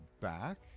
back